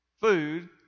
food